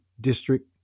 District